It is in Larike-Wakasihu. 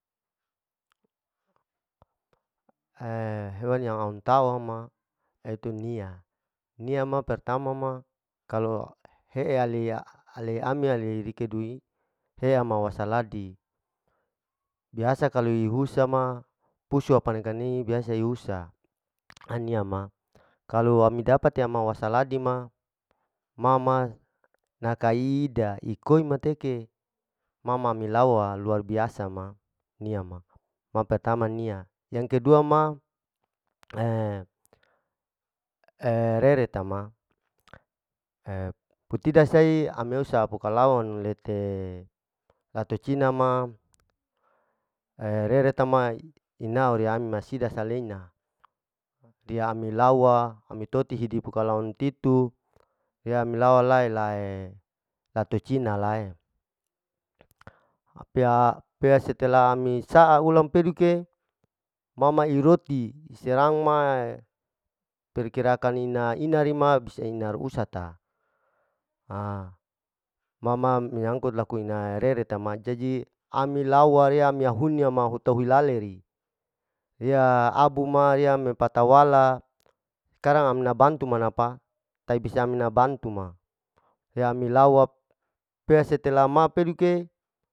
hewan yang au tau ma yaitu nia, nia ma pertama ma kalu he'e ale ami rikidu'i hea ma wasaladi, biasa kalu hihusa ma pusu panikani biasa yeusa ania ma, kalu ami dapat ya ma wasaladi ma, ma ma nakai i'ida ikeo mateke ma ma melawa luar biasa ma nia ma. ma pertama nia, yang kedua ma rere tama, putida sei ami husa pukalawanu lete latucina ma, reretama inau riami masida saleina, dia amilawa ami toti hidi pukalawa nutitu, riya melawa lae lae latucina lae, pea-pea stela ami sa ulang peduke ma ma iroti iserang ma'e, perkirakan ina-ina rima bisa inar usata, ha ma ma menyangkut laku ina rereta ma jaji ami lawa ria ami huni uta hilale ri, riya abu ma riya me patawala skarang amina bantun ma naapa tabisa amina bantu ma, pea milawa pea setela ma peduke.